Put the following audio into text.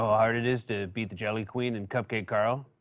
ah hard it is to beat the jelly queen and cupcake carl?